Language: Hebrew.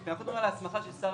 אנחנו מדברים על ההסמכה של שר